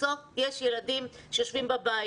בסוף יש ילדים שיושבים בבית.